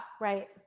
Right